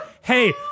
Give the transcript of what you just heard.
hey